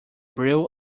brew